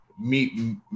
meet